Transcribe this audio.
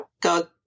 God